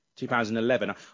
2011